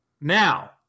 now